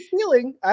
feeling